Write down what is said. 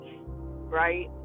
right